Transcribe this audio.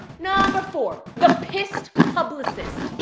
number four, the pissed publicist.